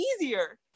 easier